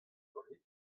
ganit